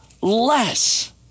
less